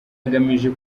agamije